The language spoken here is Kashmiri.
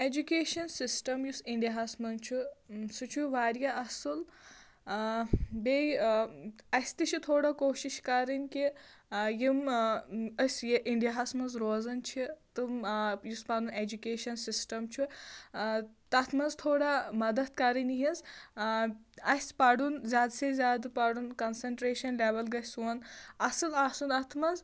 ایجوٗکیشن سِسٹم یُس اِنٛڈِیاہَس منٛز چھُ سُہ چھُ واریاہ اَصٕل بیٚیہِ آ اَسہِ تہِ چھُ تھوڑا کوٗشِش کَرٕنۍ کہِ آ یِم آ أسۍ اِنٛڈِیاہَس منٛز روزان چھِ تِم آ یُس پَنُن ایجوٗکیشن سِسٹَم چھُ آ تَتھ منٛز تھوڑا مدد کَرٕنۍ یِہٕنٛز آ اَسہِ پَرُن زیادٕ سے زیادٕ پرُن کَنٛسَنٹرٛیشَن لیوَل گَژھِ سون اَصٕل آسُن اَتھ منٛز